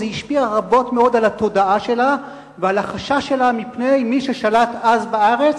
זה השפיע מאוד על התודעה שלה ועל החשש שלה מפני מי ששלט אז בארץ,